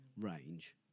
range